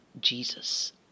Jesus